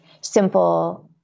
simple